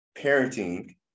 parenting